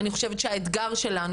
אני חושבת שהאתגר שלנו,